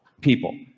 people